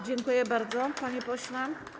Dziękuję bardzo, panie pośle.